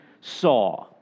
saw